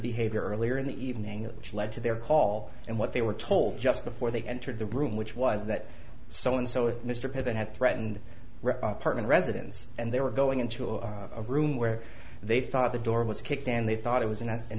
behavior earlier in the evening which led to their call and what they were told just before they entered the room which was that so and so mr pitt had threatened apartment residence and they were going into a room where they thought the door was kicked and they thought it was in